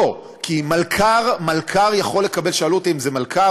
לא, כי מלכ"ר יכול לקבל, שאלו אותי אם זה מלכ"ר.